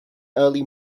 early